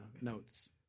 notes